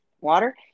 water